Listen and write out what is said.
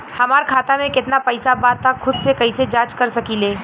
हमार खाता में केतना पइसा बा त खुद से कइसे जाँच कर सकी ले?